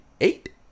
Eight